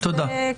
תודה.